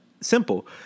simple